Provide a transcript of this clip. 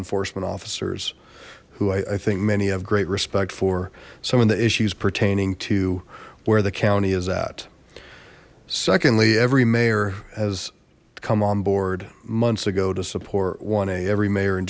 enforcement officers who i think many of great respect for some of the issues pertaining to where the county is at secondly every mayor has come on board months ago to support one a every mayor